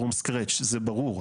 זה ברור,